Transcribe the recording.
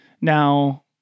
now